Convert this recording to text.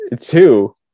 Two